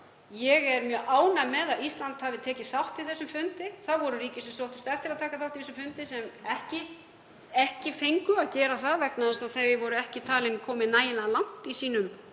Ég er mjög ánægð með að Ísland hafi tekið þátt í þessum fundi. Það voru ríki sem sóttust eftir að taka þátt í honum sem ekki fengu að gera það vegna þess að þau voru ekki talin komin nægilega langt í áætlunum